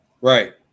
Right